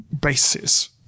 basis